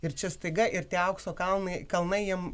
ir čia staiga ir tie aukso kalnai kalnai jiem